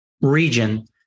region